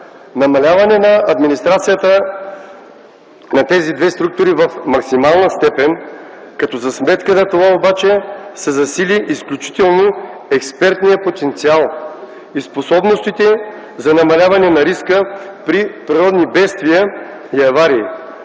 Намаляване на администрацията на тези две структури в максимална степен, като за сметка на това обаче се засили изключително експертният потенциал и способностите за намаляване риска при природни бедствия и аварии.